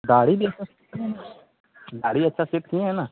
दाढ़ी भी अच्छा सेट किए हैं न दाढ़ी अच्छा सेट किए हैं न